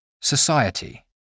Society